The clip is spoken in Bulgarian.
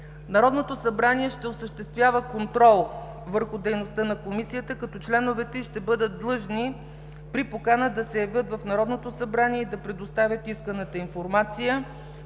Народното събрание ще осъществява контрол върху дейността на Комисията, като членовете й ще бъдат длъжни при покана да се явят в Народното събрание и да предоставят исканата информация.